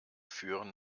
führen